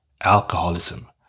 Alcoholism